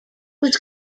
was